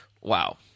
Wow